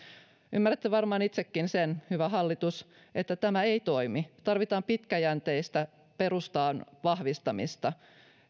ymmärrätte varmaan itsekin sen hyvä hallitus että tämä ei toimi tarvitaan pitkäjänteistä perustaitojen vahvistamista